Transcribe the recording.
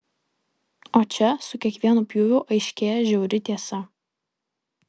o čia su kiekvienu pjūviu aiškėja žiauri tiesa